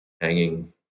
hanging